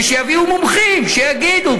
ושיביאו מומחים שיגידו,